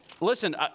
listen